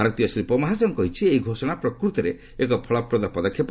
ଭାରତୀୟ ଶିଳ୍ପ ମହାସଂଘ କହିଛି ଏହି ଘୋଷଣା ପ୍ରକୃତରେ ଏକ ଫଳପ୍ରଦ ପଦକ୍ଷେପ